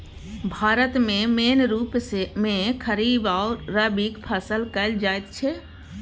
भारत मे मेन रुप मे खरीफ आ रबीक फसल कएल जाइत छै